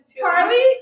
Carly